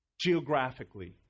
geographically